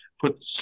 put